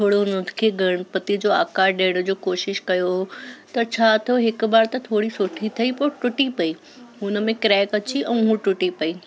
थोड़ो उन खे गणपति जो आकार ॾियण जो कोशिश कयो त छा थियो हिकु बार त थोरी सुठी ठही पोइ टुटी पई हुन में क्रैक अची ऐं उहा टुटी पई